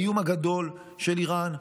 האיום הגדול של איראן,